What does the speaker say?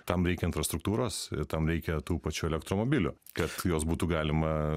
tam reikia infrastruktūros tam reikia tų pačių elektromobilių kad juos būtų galima